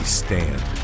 stand